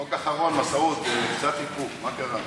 חוק אחרון, מסעוד, קצת איפוק, מה קרה?